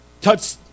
touch